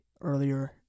earlier